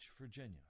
Virginia